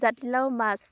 জাতিলাও মাছ